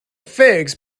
figs